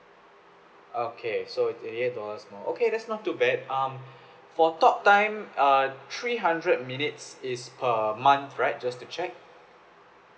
okay so it's eighty eight dollars more okay that's not too bad um for talk time uh three hundred minutes is per month right just to check